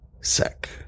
sec